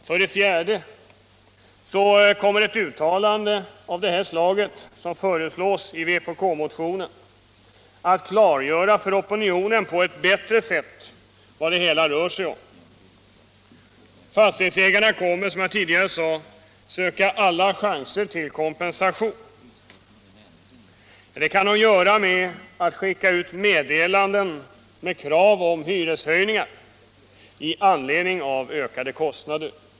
För det fjärde kommer ett uttalande av det slag som föreslås i vpkmotionen att klargöra för opinionen på ett bättre sätt vad det hela rör sig om. Fastighetsägarna kommer, som jag tidigare sade, att försöka ta alla chanser till kompensation. Det kan de göra genom att skicka ut meddelanden med krav om hyreshöjningar med anledning av ökade kostnader.